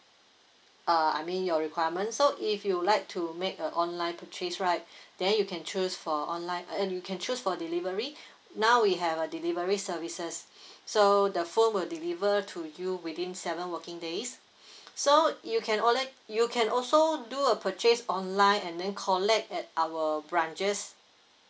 uh I mean your requirement so if you like to make a online purchase right then you can choose for online uh you can choose for delivery now we have a delivery services so the phone will deliver to you within seven working days so you can order you can also do a purchase online and then collect at our branches